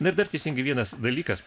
nu ir dar teisingai vienas dalykas